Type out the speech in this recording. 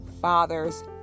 fathers